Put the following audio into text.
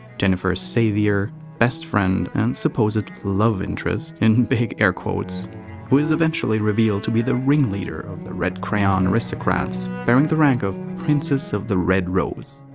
jennifer's savior, best friend and supposed love interest, in big air quotes who's eventually revealed be the ringleader of the red crayon aristocrats, bearing the rank of princess of the red rose.